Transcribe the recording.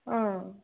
हां